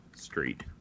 street